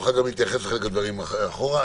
נוכל להתייחס גם לדברים אחורה.